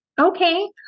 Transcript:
Okay